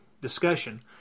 discussion